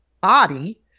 body